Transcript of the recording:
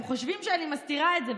הם חושבים שאני מסתירה את זה,